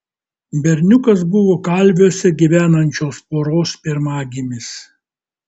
berniukas buvo kalviuose gyvenančios poros pirmagimis